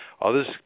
Others